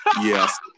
Yes